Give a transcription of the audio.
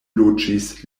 loĝis